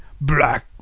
Black